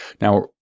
Now